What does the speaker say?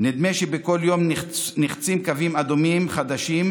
נדמה שבכל יום נחצים קווים אדומים חדשים,